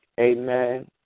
Amen